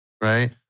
right